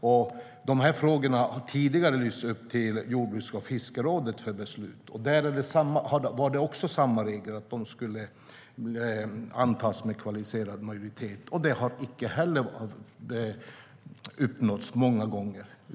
Dessa frågor har tidigare lyfts upp till jordbruks och fiskerådet för beslut. Där var det samma regler, nämligen att förslagen skulle antas med kvalificerad majoritet. Det har inte heller uppnåtts många gånger.